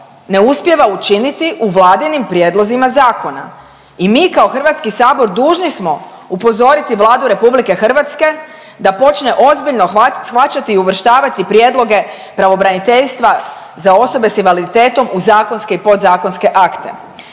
ne uspijeva učiniti u vladinim prijedlozima zakona. I mi kao Hrvatski sabor dužni smo upozoriti Vladu Republike Hrvatske da počne ozbiljno shvaćati i uvrštavati prijedloge pravobraniteljstva za osobe sa invaliditetom u zakonske i podzakonske akte.